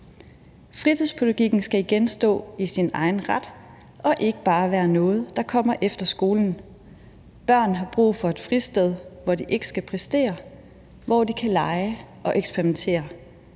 »Fritidspædagogikken skal igen stå i sin egen ret – og ikke bare være noget, der kommer efter skolen. Børn har brug for et fristed, hvor de ikke skal præstere. Hvor de kan lege og eksperimentere.